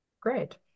great